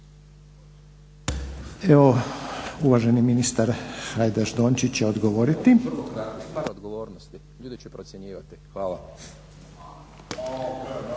Evo uvaženi ministar Hajdaš Dončić će odgovoriti.